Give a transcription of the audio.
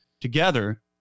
together